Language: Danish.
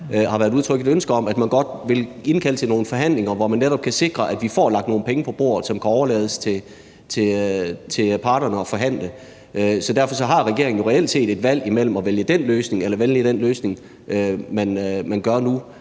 har været udtrykt et ønske om, at man godt vil indkalde til nogle forhandlinger, hvor man netop kan sikre, at vi får lagt nogle penge på bordet, som kan overlades til parterne at forhandle om. Derfor har regeringen jo reelt set et valg imellem den løsning eller den løsning, man vælger nu,